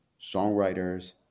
songwriters